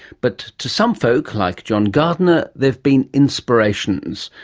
but to some folk like john gardiner, they've been inspirations,